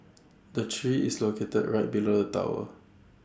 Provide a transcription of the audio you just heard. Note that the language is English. the tree is located right below the tower